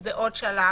זה עוד שלב.